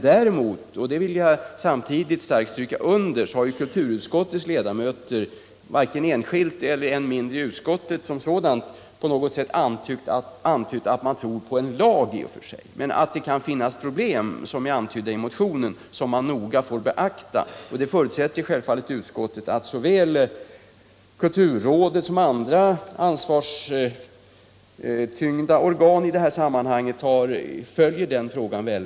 Jag vill stryka under att utskottets ledamöter inte tror på en lag, men 39 verkningar på kulturområdet utskottet är starkt medvetet om de problem som berörs i motionen. Vi förutsätter att kulturrådet och andra ansvariga organ noga följer den här frågan.